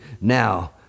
now